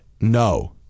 No